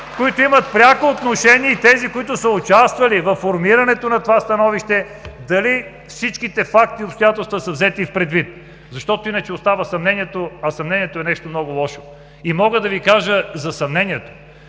които имат пряко отношение и тези, които са участвали във формирането на това становище – дали всичките факти и обстоятелства са взети предвид. Защото иначе остава съмнение, а съмнението е нещо много лошо. Мога да Ви кажа нещо за съмнението.